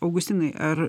augustinai ar